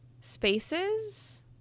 Spaces